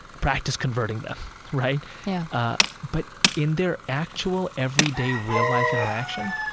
practice converting them right? yeah ah but in their actual everyday real life interaction,